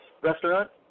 restaurant